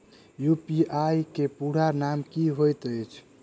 UPI केँ पूरा नाम की होइत अछि?